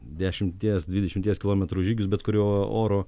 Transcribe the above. dešimties dvidešimties kilometrų žygius bet kuriuo oru